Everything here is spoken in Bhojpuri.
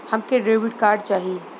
हमके डेबिट कार्ड चाही?